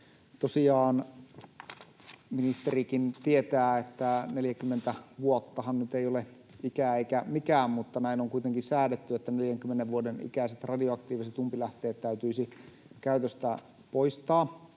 ministerikin tietää, että 40 vuottahan nyt ei ole ikä eikä mikään, mutta näin on kuitenkin säädetty, että 40 vuoden ikäiset radioaktiiviset umpilähteet täytyisi käytöstä poistaa.